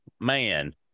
man